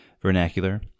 vernacular